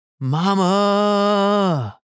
Mama